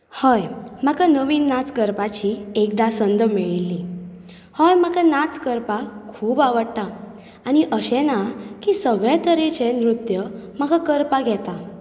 हय म्हाका नवीन नाच करपाची एकदां संद मेळिल्ली हय म्हाका नाच करपाक खूब आवडटा आनी अशेंय ना की सगळें तरेचे नृत्य म्हाका करपाक येता